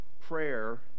prayer